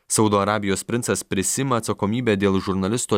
saudo arabijos princas prisiima atsakomybę dėl žurnalisto